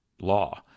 law